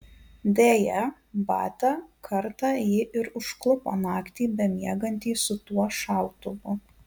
deja batia kartą jį ir užklupo naktį bemiegantį su tuo šautuvu